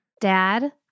dad